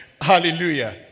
Hallelujah